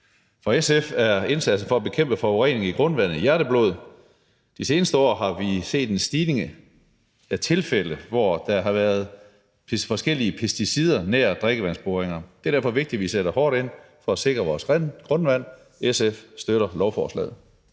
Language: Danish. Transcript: For SF er indsatsen for at bekæmpe forurening af grundvandet hjerteblod. De seneste år har vi set et stigende antal tilfælde, hvor der har været forskellige pesticider nær drikkevandsboringer. Det er derfor vigtigt, at vi sætter hårdt ind for at sikre rent grundvand. SF støtter lovforslaget.